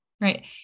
right